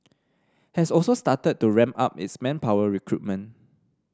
has also started to ramp up its manpower recruitment